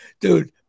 dude